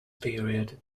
period